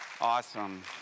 Awesome